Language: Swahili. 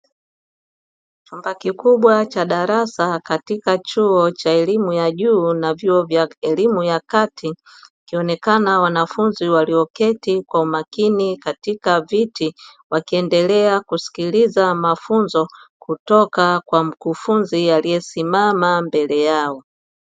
Chumba kikubwa cha darasa katika chuo cha elimu ya juu na vyuo vya elimu ya kati, wakionekana wanafunzi walioketi kwa umakini katika viti, wakiendelea kusikiliza mafunzo kutoka kwa mkufunzi aliyesimama mbele yao.